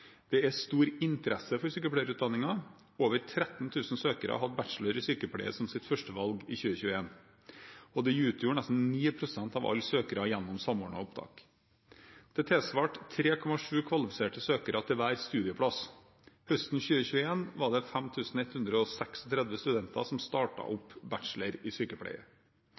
Det er stor interesse for sykepleierutdanningen. Over 13 000 søkere hadde bachelor i sykepleie som sitt førstevalg i 2021, og det utgjorde nesten 9 pst. av alle søkere gjennom Samordna opptak. Det tilsvarte 3,7 kvalifiserte søkere til hver studieplass. Høsten 2021 var det 5 136 studenter som startet opp en bachelor i sykepleie.